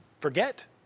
forget